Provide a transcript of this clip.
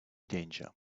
danger